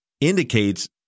indicates